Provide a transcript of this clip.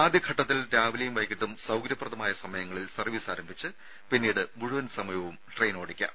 ആദ്യഘട്ടത്തിൽ രാവിയെും വൈകിട്ടും സൌകര്യപ്രദമായ സമയങ്ങളിൽ സർവ്വീസ് ആരംഭിച്ച് പിന്നീട് മുഴുവൻ സമയവും ട്രെയിൻ ഓടിക്കാം